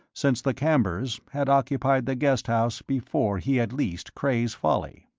since the cambers had occupied the guest house before he had leased cray's folly.